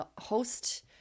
host